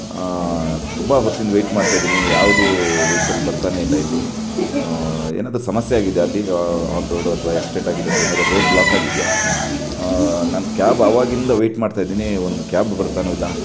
ತುಂಬ ಹೊತ್ತಿಂದ ವೆಯ್ಟ್ ಮಾಡ್ತಿದ್ದೀನಿ ಯಾವುದೂ ವೆಹಿಕಲ್ ಬರ್ತಾನೆ ಇಲ್ಲ ಇಲ್ಲಿ ಏನಾದರೂ ಸಮಸ್ಯೆ ಆಗಿದೆಯಾ ಅಲ್ಲಿ ಆನ್ ರೋಡ್ ಅಥವಾ ಆಕ್ಸಿಡೆಂಟ್ ಆಗಿದೆಯಾ ಅಥವಾ ಏನಾದರೂ ರೋಡ್ ಬ್ಲಾಕ್ ಆಗಿದೆಯಾ ನಾನು ಕ್ಯಾಬ್ ಆವಾಗಿಂದ ವೆಯ್ಟ್ ಮಾಡ್ತಾಯಿದ್ದೀನಿ ಒಂದು ಕ್ಯಾಬ್ ಬರ್ತಾನು ಇಲ್ಲ